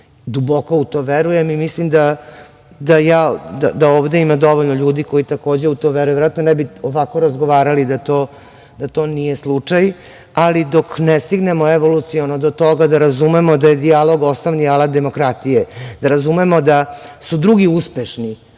u to verujem i mislim da ovde ima dovoljno ljudi koji takođe u to veruju, verovatno ne bi ovako razgovarali da to nije slučaj, ali dok ne stignemo evoluciono do toga da razumemo da je dijalog osnovni alat demokratije, da razumemo da su drugi uspešni